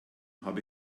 habe